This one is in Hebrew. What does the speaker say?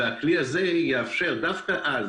ודווקא אז,